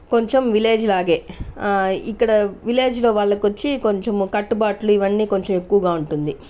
కొంచెం విలేజిలాగే ఇక్కడ విలేజ్లో వాళ్లకు వచ్చి కొంచెం కట్టుబాట్లు ఇవన్నీ కొంచెం ఎక్కువగా ఉంటుంది